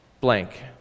blank